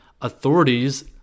Authorities